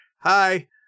Hi